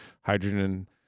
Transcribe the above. hydrogen